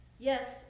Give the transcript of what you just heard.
Yes